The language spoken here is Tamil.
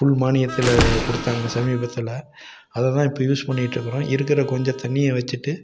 ஃபுல் மானியத்தில் கொடுத்தாங்க சமீபத்தில் அதை தான் இப்போது யூஸ் பண்ணிட்டுருக்கிறோம் இருக்கிற கொஞ்சம் தண்ணியை வச்சுட்டு